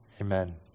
Amen